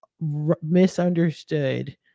misunderstood